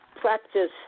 Practice